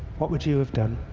what would you have done?